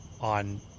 on